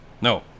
No